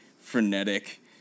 frenetic